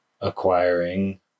Acquiring